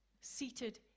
seated